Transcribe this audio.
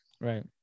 right